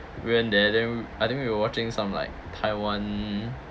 we went there then I think we were watching some like taiwan